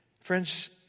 Friends